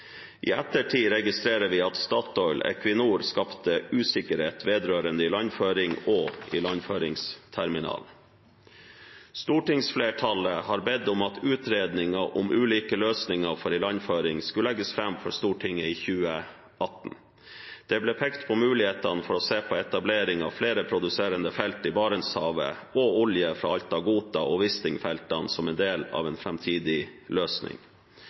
I ettertid registrerer vi at Statoil/Equinor skapte usikkerhet vedrørende ilandføring og ilandføringsterminalen. Stortingsflertallet ba om at utredningen om ulike løsninger for ilandføring skulle legges fram for Stortinget i 2018. Det ble pekt på mulighetene for å se på etablering av flere produserende felt i Barentshavet og olje fra Alta/Gotha- og Wisting-feltene som del av en framtidig løsning.